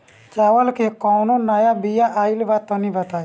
चावल के कउनो नया बिया आइल बा तनि बताइ?